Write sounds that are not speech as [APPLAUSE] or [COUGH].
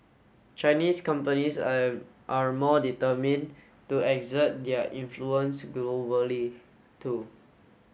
Chinese companies [UNINTELLIGIBLE] are more determined to exert their influence globally too